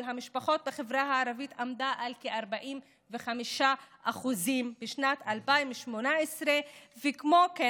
המשפחות בחברה הערבית עמדה על כ-45% בשנת 2018. כמו כן,